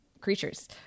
creatures